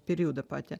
periodą patį